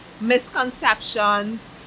misconceptions